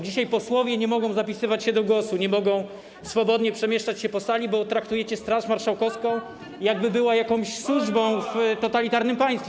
Dzisiaj posłowie nie mogą zapisywać się do głosu, nie mogą swobodnie przemieszczać się po sali, bo traktujecie Straż Marszałkowską, jakby była jakąś służbą w totalitarnym państwie.